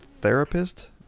Therapist